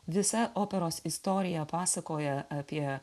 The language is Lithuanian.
visa operos istorija pasakoja apie